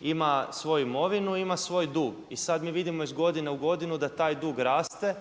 ima svoju imovinu i ima svoj dug i sad mi vidimo iz godine u godinu da taj dug raste